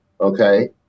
okay